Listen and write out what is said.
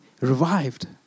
revived